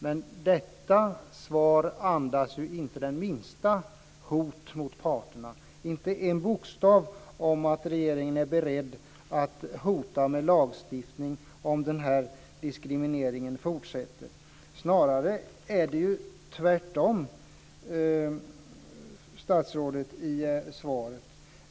Men detta svar andas ju inte det minsta hot mot parterna. Det finns inte ett ord om att regeringen är beredd att hota med lagstiftning om den här diskrimineringen fortsätter. Snarare står det ju tvärtom, statsrådet, i svaret.